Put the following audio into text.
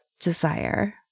desire